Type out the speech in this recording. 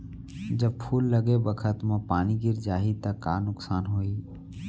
जब फूल लगे बखत म पानी गिर जाही त का नुकसान होगी?